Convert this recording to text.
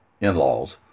in-laws